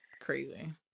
Crazy